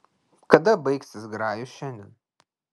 kada baigsis grajus šiandien